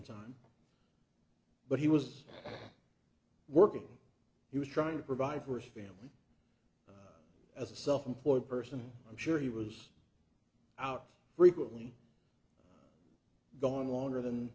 time but he was working he was trying to provide for his family as a self employed person i'm sure he was out frequently gone longer than